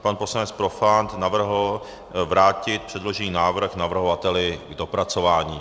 Pan poslanec Profant navrhl vrátit předložený návrh navrhovateli k dopracování.